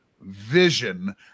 vision